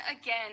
again